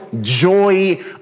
joy